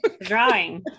drawing